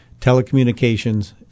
telecommunications